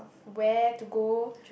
where to go